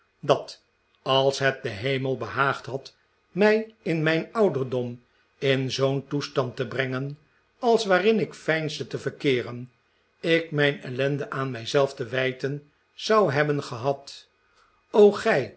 dat als het den hemel behaagd had mij in mijn ouderdom in zoo'n toestahd te brengen als waarin ik veinsde te verkeferen ik mijn ellende aan mij zelf te wijten zou hebben gehad o gij